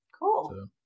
cool